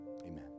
Amen